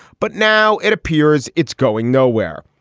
but now it appears it's going nowhere.